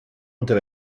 unter